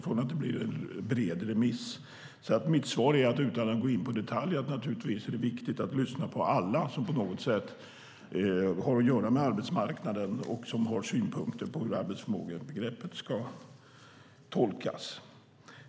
Utan att gå in på detaljer blir mitt svar att det naturligtvis är viktigt att lyssna på alla som på något sätt har att göra med arbetsmarknaden och som har synpunkter på hur arbetsförmågebegreppet ska tolkas.